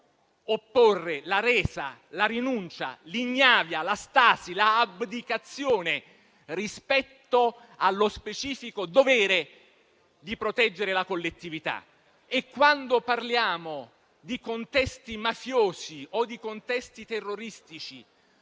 opporre la resa, la rinuncia, l'ignavia, la stasi, l'abdicazione rispetto allo specifico dovere di proteggere la collettività. E, quando parliamo di contesti mafiosi o di contesti terroristici;